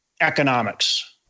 economics